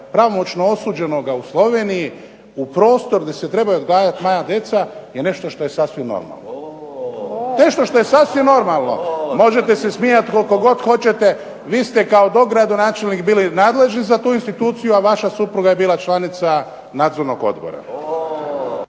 pravomoćno osuđenoga u Sloveniji u prostor gdje se trebaju odgajati mala djeca je nešto što je sasvim normalno. Nešto što je sasvim normalno. Možete se smijati koliko god hoćete, vi ste kao dogradonačelnik bili nadležni za tu instituciju, a vaša supruga je bila članica nadzornog odbora.